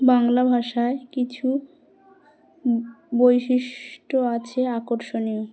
বাংলা ভাষায় কিছু ব বৈশিষ্ট্য আছে আকর্ষণীয়